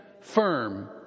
firm